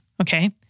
Okay